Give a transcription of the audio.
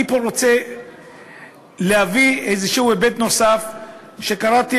אני רוצה פה להביא איזשהו היבט נוסף שקראתי,